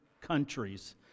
countries